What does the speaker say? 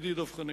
ידידי דב חנין,